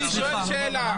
השאלה.